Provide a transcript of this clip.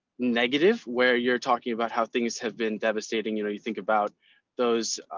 negative where you're talking about how things have been devastating. you know, you think about those,